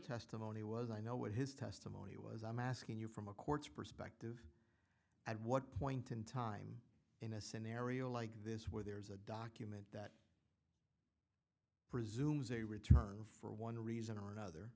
testimony was i know what his testimony was i'm asking you from a court's perspective at what point in time in a scenario like this where there's a document that presumes a return for one reason or another